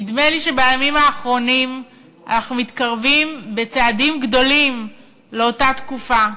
נדמה לי שבימים האחרונים אנחנו מתקרבים בצעדים גדולים לאותה תקופה,